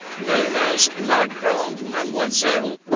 known as la grande mademoiselle,